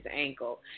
ankle